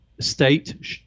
state